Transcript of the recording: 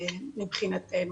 מבחינתנו